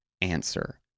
answer